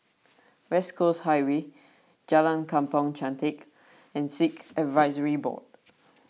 West Coast Highway Jalan Kampong Chantek and Sikh Advisory Board